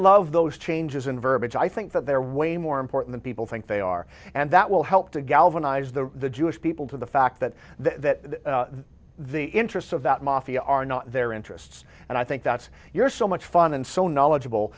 love those changes in verbiage i think that they're way more important people think they are and that will help to galvanize the the jewish people to the fact that that the interests of that mafia are not their interests and i think that's you're so much fun and so knowledgeable